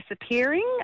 disappearing